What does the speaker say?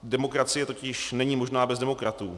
Demokracie totiž není možná bez demokratů.